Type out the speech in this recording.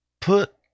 put